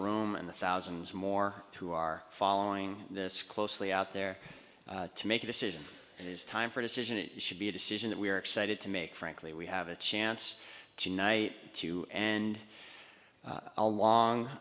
room and the thousands more who are following this closely out there to make a decision and it is time for decision it should be a decision that we are excited to make frankly we have a chance tonight two and a long